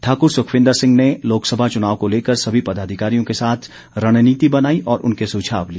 ठाकुर सुखविन्द्र सिंह ने लोकसभा चुनाव को लेकर सभी पदाधिकारियों के साथ रणनीति बनाई और उनके सुझाव लिए